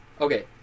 Okay